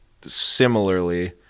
similarly